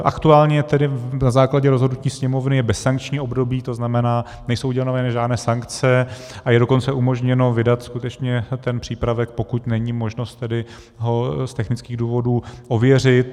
Aktuálně tedy na základě rozhodnutí Sněmovny je bezsankční období, to znamená, nejsou uděleny žádné sankce, a je dokonce umožněno vydat skutečně ten přípravek, pokud není možnost tedy ho z technických důvodů ověřit.